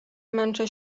męczę